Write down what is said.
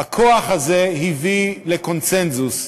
הכוח הזה הביא לקונסנזוס,